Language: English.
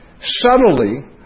Subtly